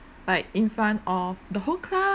like in front of the whole cla~